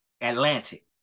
Atlantic